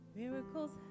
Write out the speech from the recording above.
miracles